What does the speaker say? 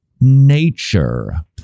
nature